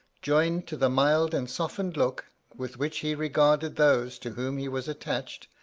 joined to the mild and softened look with which he regarded those to whom he was attached,